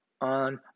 On